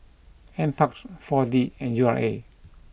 Nparks Four D and U R A